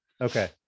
okay